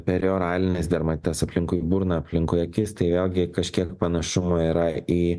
perioralinis dermatitas aplinkui burną aplinkui akis tai vėlgi kažkiek panašumo yra į